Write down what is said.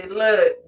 look